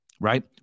right